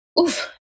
Oof